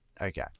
Okay